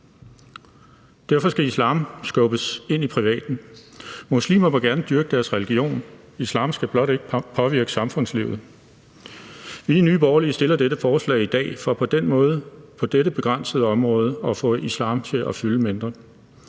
Derfor skal islam skubbes ind i privaten. Muslimer må gerne dyrke deres religion, men islam skal blot ikke påvirke samfundslivet. Vi i Nye Borgerlige fremsætter dette forslag i dag for på den måde på dette begrænsede område at få islam til at fylde mindre.